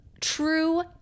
true